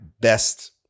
best